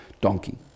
donkey